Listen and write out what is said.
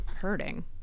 hurting